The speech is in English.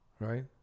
Right